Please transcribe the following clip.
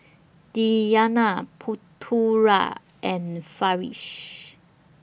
Diyana Putera and Farish